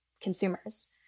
consumers